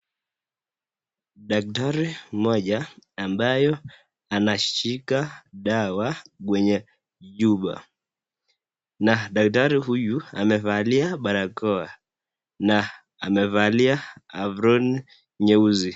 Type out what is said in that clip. Daktari moja ambayo, anashika dawa kwenye chupa, na daktari huyu amevalia barakoa, na amevalia aproni nyeusi.